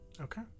Okay